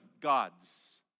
God's